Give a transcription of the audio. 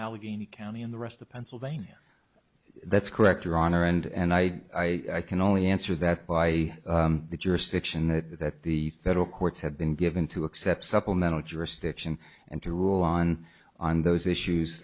allegheny county and the rest of pennsylvania that's correct your honor and i can only answer that by the jurisdiction that the federal courts have been given to accept supplemental jurisdiction and to rule on on those issues